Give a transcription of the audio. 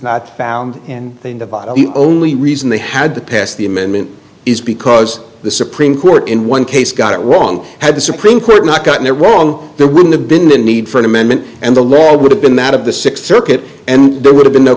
not found in the only reason they had to pass the amendment is because the supreme court in one case got it wrong had the supreme court not gotten it wrong the when the been the need for an amendment and the law would have been that of the sixth circuit and there would have been no